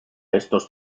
estos